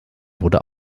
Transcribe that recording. wurde